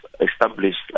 established